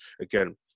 again